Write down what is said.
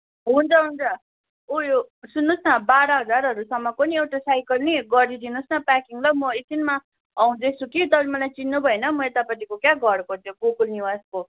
हुन्छ हुन्छ ऊ यो सुन्नुहोस् न बाह्र हजारहरूसम्मको एउटा साइकल नि गरिदिनुहोस् न प्याकिङ ल म एकछिनमा आउँदैछु कि तपाईँले मलाई चिन्नुभएन म यतापट्टिको क्या त्यो घरको गोकुल निवासको